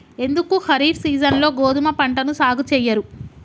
ఎందుకు ఖరీఫ్ సీజన్లో గోధుమ పంటను సాగు చెయ్యరు?